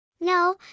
No